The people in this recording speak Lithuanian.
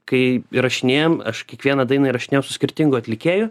kai įrašinėjom aš kiekvieną dainą įrašinėjau su skirtingu atlikėju